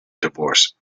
divorce